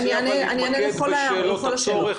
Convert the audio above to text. להתמקד בשאלות הצורך.